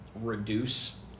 reduce